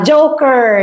Joker